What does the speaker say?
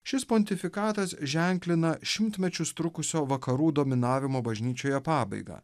šis pontifikatas ženklina šimtmečius trukusio vakarų dominavimo bažnyčioje pabaigą